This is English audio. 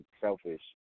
selfish